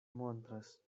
montras